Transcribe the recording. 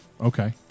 okay